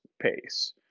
pace